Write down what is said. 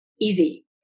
easy